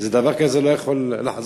דבר כזה לא יכול לחזור.